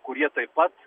kurie taip pat